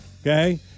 Okay